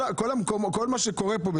כל מה שקורה פה,